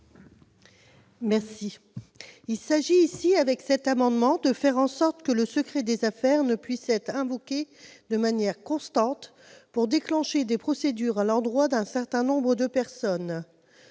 n° 9. Il s'agit de faire en sorte que le secret des affaires ne puisse être invoqué de manière constante pour déclencher des procédures à l'endroit d'un certain nombre de personnes.